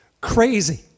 crazy